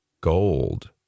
gold